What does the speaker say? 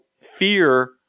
fear